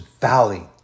valley